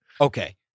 Okay